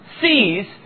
sees